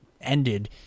ended